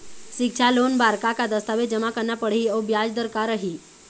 सिक्छा लोन बार का का दस्तावेज जमा करना पढ़ही अउ ब्याज दर का रही?